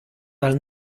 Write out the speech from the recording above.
dal